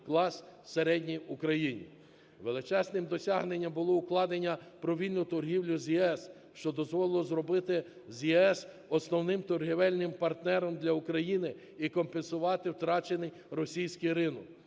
клас середній в Україні. Величезним досягненням було укладення про вільну торгівлю з ЄС, що дозволило зробити ЄС основним торгівельним партнером для України і компенсувати втрачений російський ринок.